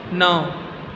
नओ